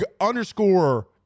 underscore